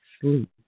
sleep